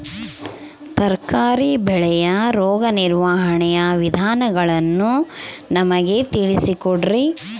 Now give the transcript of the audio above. ತರಕಾರಿ ಬೆಳೆಯ ರೋಗ ನಿರ್ವಹಣೆಯ ವಿಧಾನಗಳನ್ನು ನಮಗೆ ತಿಳಿಸಿ ಕೊಡ್ರಿ?